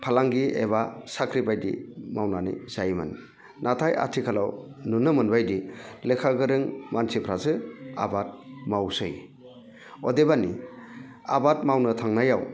फालांगि एबा साख्रिबायदि मावनानै जायोमोन नाथाय आथिखालाव नुनो मोनबायदि लेखागोरों मानसिफ्रासो आबाद मावसै अदेबानि आबाद मावनो थांनायाव